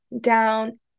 down